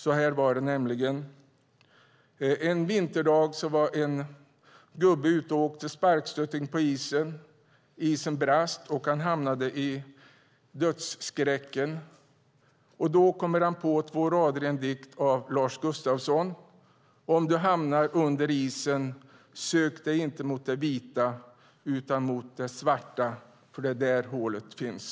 Så här var det nämligen: En vinterdag var en gubbe ute och åkte sparkstötting på isen. Isen brast, och han hamnade i dödsskräcken. Då kom han på två rader i en dikt av Lars Gustafsson: Om du hamnar under isen, sök dig inte mot det vita utan mot det svarta. Det är där hålet finns.